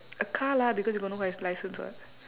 a car lah because you got no li~ license [what]